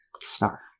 Star